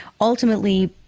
ultimately